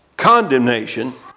condemnation